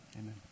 Amen